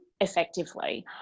effectively